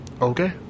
okay